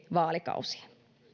vaalikausien